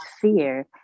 fear